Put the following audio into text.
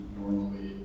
normally